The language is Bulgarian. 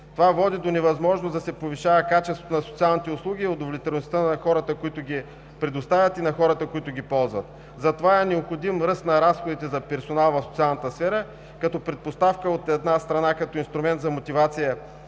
Това води до невъзможност да се повишава качеството на социалните услуги и удовлетвореността на хората, които ги предоставят, и на хората, които ги ползват. Затова е необходим ръст на разходите за персонал в социалната серия като предпоставка, от една страна, като инструмент за мотивация